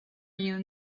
you